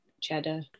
cheddar